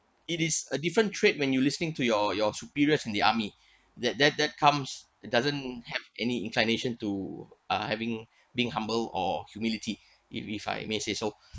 it is a different trait when you listening to your your superior in the army that that that comes it doesn't have any inclination to uh having being humble or humility if if I may say so